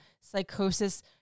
psychosis